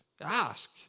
Ask